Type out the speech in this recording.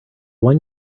one